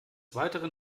weiteren